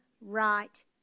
right